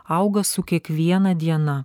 auga su kiekviena diena